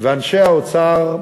ואנשי האוצר,